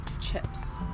Chips